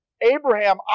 Abraham